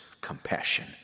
compassion